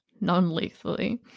non-lethally